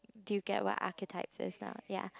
do you get what archetype is now ya